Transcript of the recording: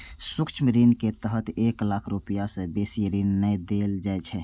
सूक्ष्म ऋण के तहत एक लाख रुपैया सं बेसी ऋण नै देल जाइ छै